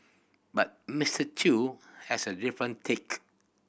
but Mister Chew has a different take